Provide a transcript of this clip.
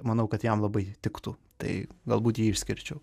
manau kad jam labai tiktų tai galbūt jį išskirčiau